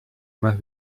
más